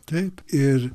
taip ir